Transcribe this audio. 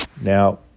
Now